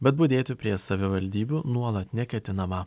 bet budėti prie savivaldybių nuolat neketinama